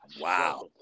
Wow